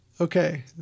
Okay